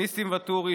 ניסים ואטורי,